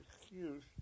excuse